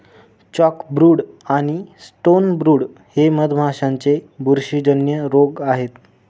chalkbrood आणि stonebrood हे मधमाशांचे बुरशीजन्य रोग आहेत